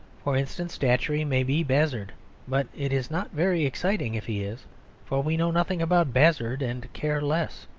for instance, datchery may be bazzard but it is not very exciting if he is for we know nothing about bazzard and care less.